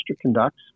conducts